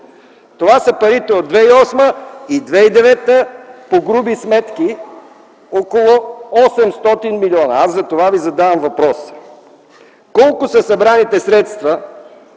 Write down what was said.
Това са парите от 2008 и 2009 г., по груби сметки около 800 млн. лв. Затова аз Ви задавам въпроса: колко са събраните средства,